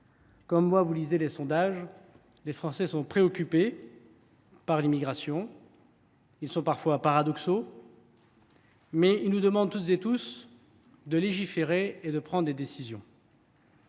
moi, vous lisez les sondages. Les Français sont préoccupés par l’immigration. Ils sont parfois paradoxaux, mais toutes et tous nous demandent de légiférer et de prendre des décisions.